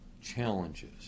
challenges